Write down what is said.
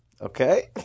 Okay